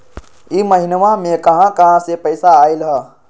इह महिनमा मे कहा कहा से पैसा आईल ह?